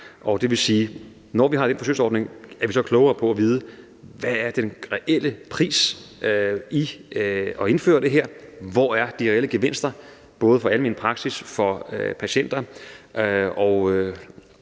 Det vil sige, at når vi har den forsøgsordning, bliver vi klogere på at vide, hvad den reelle pris på at indføre det her er, og hvor de reelle gevinster er, både for almen praksis og for patienter.